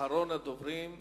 אחרון הדוברים.